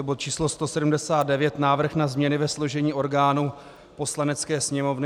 Je to bod číslo 179 Návrh na změny ve složení orgánů Poslanecké sněmovny.